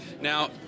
Now